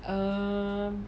err mm